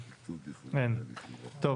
רק,